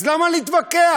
אז למה להתווכח?